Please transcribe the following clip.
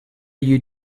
you